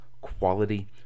quality